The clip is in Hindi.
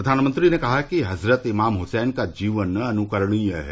प्रधानमंत्री ने कहा कि हज़रत इमाम हुसैन का जीवन अनुकरणीय है